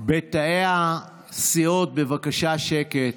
בתאי הסיעות, בבקשה שקט.